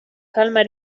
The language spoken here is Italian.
calma